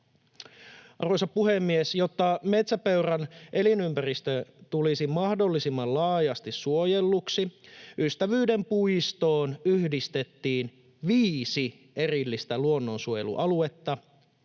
Arvoisa puhemies! Jotta metsäpeuran elinympäristö tulisi mahdollisimman laajasti suojelluksi, Ystävyyden puistoon yhdistettiin viisi erillistä luonnonsuojelualuetta: